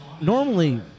normally